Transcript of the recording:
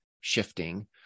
shifting